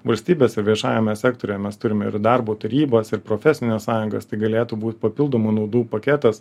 valstybės ir viešajame sektoriuje mes turime ir darbo tarybas ir profesines sąjungas tai galėtų būt papildomų naudų paketas